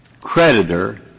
Creditor